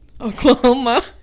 oklahoma